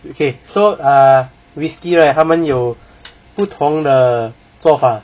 okay so err whisky right 他们有 不同的做法